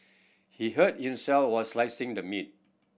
he hurt himself while slicing the meat